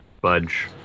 budge